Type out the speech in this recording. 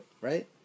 Right